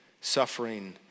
suffering